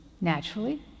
naturally